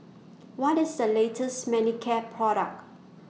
What IS The latest Manicare Product